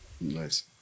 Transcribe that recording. Nice